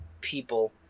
people